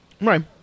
right